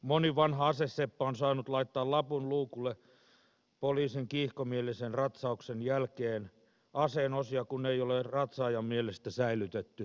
moni vanha aseseppä on saanut laittaa lapun luukulle poliisin kiihkomielisen ratsauksen jälkeen aseen osia kun ei ole ratsaajan mielestä säilytetty oikein